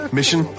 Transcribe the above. Mission